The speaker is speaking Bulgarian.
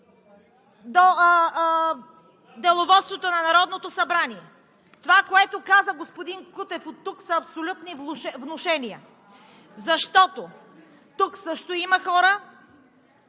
Деловодството на Народното събрание. Това, което каза господин Кутев оттук, са абсолютни внушения! Защото тук също има хора